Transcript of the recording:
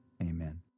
amen